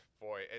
boy